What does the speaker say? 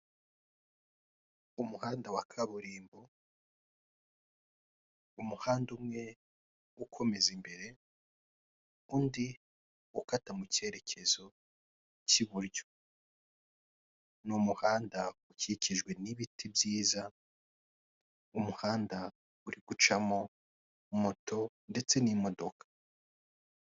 Umuhanda wa kaburimbo, umuhanda umwe ukomeza imbere, undi ukata mu kerekezo k'iburyo. Ni umuhanda ukikijwe n'ibiti byiza, ni umuhanda uri gucamo moto ndetse n'imodoka.